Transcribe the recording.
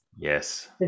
Yes